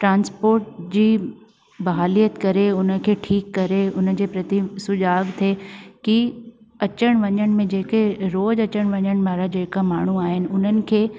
transport जी बाहलियत करे उन खे ठीकु करे उन जे प्रति सुझाव थिए की अचण वञण में जेके रोज़ु अचणु वञणु वारा जेका माण्हू आहिनि उन्हनि खे